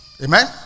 Amen